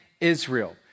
Israel